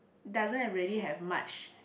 doesn't really have much